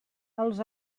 els